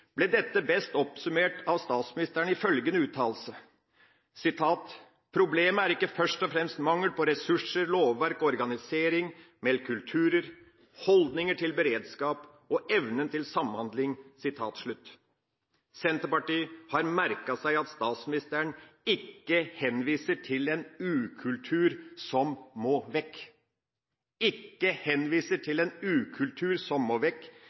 ble dette best oppsummert av statsministeren i følgende uttalelse: «Problemet er ikke først og fremst mangel på ressurser, lovverk eller organisering, men kulturer, holdninger til beredskap og evnen til samhandling.» Senterpartiet har merket seg at statsministeren ikke henviser til en ukultur som må vekk, men til